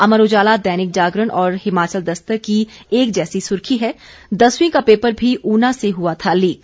अमर उजाला दैनिक जागरण और हिमाचल दस्तक की एक जैसी सुर्खी है दसवीं का पेपर भी ऊना से हुआ था लीक